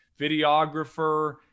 videographer